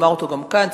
אומר אותו גם כאן.